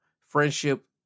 friendship